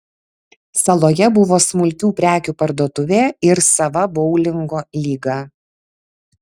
saloje buvo smulkių prekių parduotuvė ir sava boulingo lyga